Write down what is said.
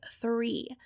three